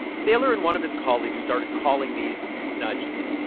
thaler and one of his colleagues started calling these nudges.